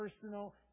personal